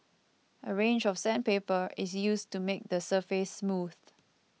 a range of sandpaper is used to make the surface smooth